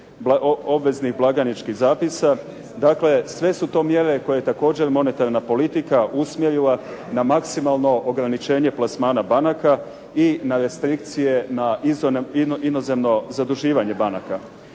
obveznih blagajničkih zapisa. Dakle, sve su to mjere koje je također monetarna politika usmjerila na maksimalno ograničenje plasmana banaka i na restrikcije na inozemno zaduživanje banaka.